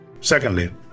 secondly